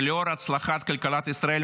ולאור הצלחת כלכלת ישראל,